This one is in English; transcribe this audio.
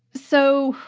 so,